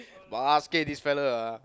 basket this fellow ah